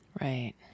Right